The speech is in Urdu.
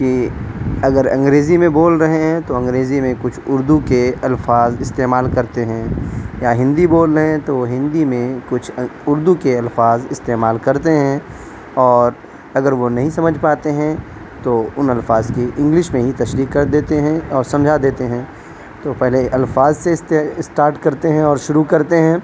کہ اگر انگریزی میں بول رہے ہیں تو انگریزی میں کچھ اردو کے الفاظ استعمال کرتے ہیں یا ہندی بول رہے ہیں تو ہندی میں کچھ اردو کے الفاظ استعمال کرتے ہیں اور اگر وہ نہیں سمجھ پاتے ہیں تو ان الفاظ کی انگلش میں ہی تشریح کر دیتے ہیں اور سمجھا دیتے ہیں تو پہلے الفاظ سے اسٹارٹ کرتے ہیں اور شروع کرتے ہیں